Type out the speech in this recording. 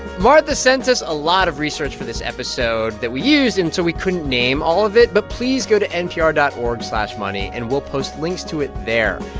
martha sent us a lot of research for this episode that we used, and so we couldn't name all of it. but please go to npr dot org slash money, and we'll post links to it there.